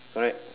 correct